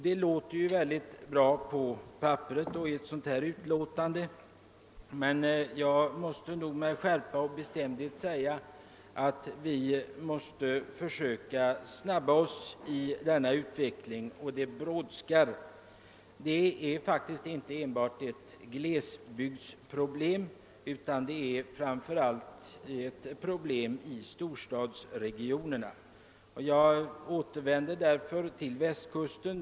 Detta låter bra på papperct men jag vill med skärpa understryka att vi måste skynda på denna utveckling, ty det brådskar. Det är inte här fråga om enbart ell glesbygdsproblem utan framför allt ett storstadsregionernas problem. Jag ålervänder därför till Västkusten.